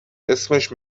اسمش